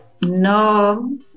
no